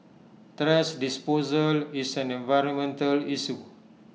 thrash disposal is an environmental issue